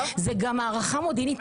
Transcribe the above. זה גם הערכה מודיעינית.